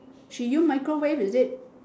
she use microwave is it